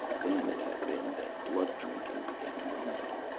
then it had been that blood-drinking began among them,